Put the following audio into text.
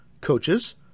coaches